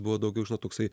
buvo daugiau žinot toksai